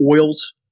oils